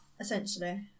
essentially